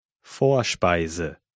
Vorspeise